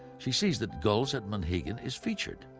she sees that gulls at monhegan is featured.